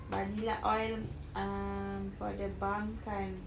Banila oil um for the balm kan